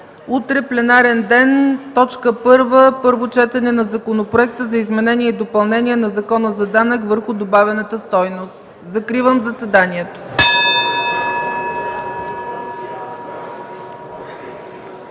Утре – пленарен ден с точка първа – Първо четене на Законопроекта за изменение и допълнение на Закона за данък върху добавената стойност. Закривам заседанието.